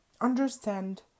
understand